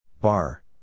Bar